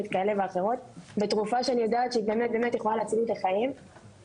כאלו ואחרות על תרופה שבאמת יכולה להציל לי את החיים,